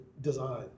design